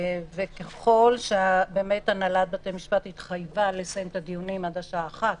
ככל שהנהלת בתי המשפט התחייבה לסיים את דיונים בשעה 13:00,